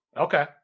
Okay